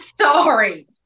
sorry